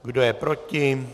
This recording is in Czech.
Kdo je proti?